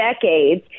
decades